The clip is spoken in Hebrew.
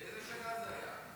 באיזו שנה זה היה?